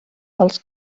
els